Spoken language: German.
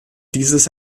dieses